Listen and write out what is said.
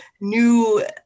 new